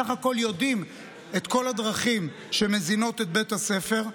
בסך הכול יודעים על כל הדרכים שמזינות את בית הספר,